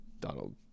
Donald